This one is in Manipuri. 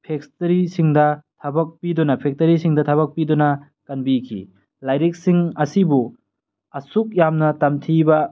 ꯐꯦꯛꯁꯇꯔꯤꯁꯤꯡꯗ ꯊꯕꯛ ꯄꯤꯗꯨꯅ ꯐꯦꯛꯇꯔꯤꯁꯤꯡꯗ ꯊꯕꯛ ꯄꯤꯗꯨꯅ ꯀꯟꯕꯤꯈꯤ ꯂꯥꯏꯔꯤꯛꯁꯤꯡ ꯑꯁꯤꯕꯨ ꯑꯁꯨꯛ ꯌꯥꯝꯅ ꯇꯝꯊꯤꯕ